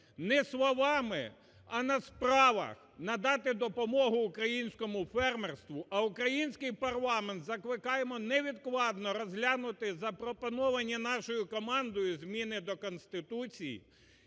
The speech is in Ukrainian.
не словами, а на справах надати допомогу українському фермерству, а український парламент закликаємо невідкладно розглянути запропоновані нашою командою зміни до Конституції,